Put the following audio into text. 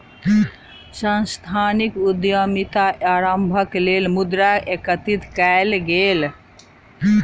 सांस्थानिक उद्यमिता आरम्भक लेल मुद्रा एकत्रित कएल गेल